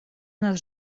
нас